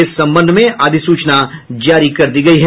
इस संबंध में अधिसूचना जारी कर दी गयी है